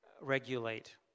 regulate